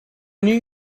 new